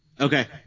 Okay